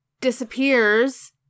disappears